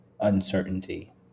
uncertainty